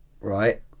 right